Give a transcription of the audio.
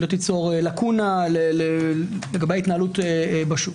היא לא תיצור לקונה לגבי ההתנהלות בשוק.